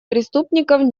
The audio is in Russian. преступников